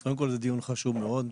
קודם כל, זהו דיון חשוב מאוד.